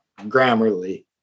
Grammarly